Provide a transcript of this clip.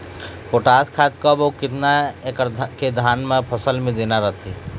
Potash खाद कब अऊ केतना एकड़ मे धान के फसल मे देना रथे?